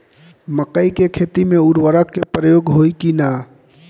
मकई के खेती में उर्वरक के प्रयोग होई की ना?